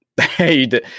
Hey